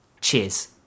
Cheers